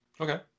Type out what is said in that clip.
Okay